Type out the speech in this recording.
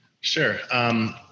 Sure